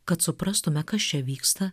kad suprastume kas čia vyksta